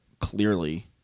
clearly